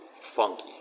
funky